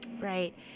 Right